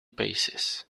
paces